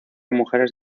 mujeres